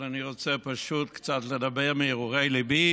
אני רוצה לדבר מהרהורי ליבי